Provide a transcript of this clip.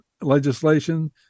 legislation